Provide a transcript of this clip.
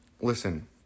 listen